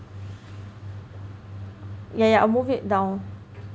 ya ya I'll move it down